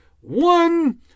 one